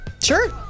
Sure